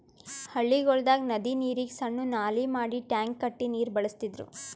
ಹಳ್ಳಿಗೊಳ್ದಾಗ್ ನದಿ ನೀರಿಗ್ ಸಣ್ಣು ನಾಲಿ ಮಾಡಿ ಟ್ಯಾಂಕ್ ಕಟ್ಟಿ ನೀರ್ ಬಳಸ್ತಿದ್ರು